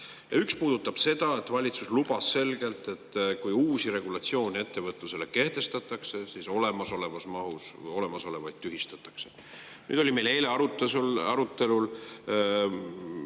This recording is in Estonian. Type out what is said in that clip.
Üks puudutab seda, et valitsus lubas selgelt, et kui uusi regulatsioone ettevõtlusele kehtestatakse, siis olemasolevas mahus olemasolevaid tühistatakse. Nüüd oli meil eile arutelul